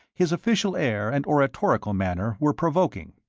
his official air and oratorical manner were provoking.